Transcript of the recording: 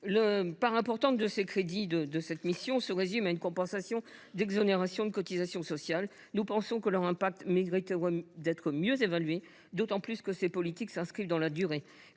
Une part importante des crédits de la mission se résume à des compensations d’exonérations de cotisations sociales. Nous pensons que leur impact mériterait d’être mieux évalué, d’autant plus que ces politiques s’inscrivent dans la durée.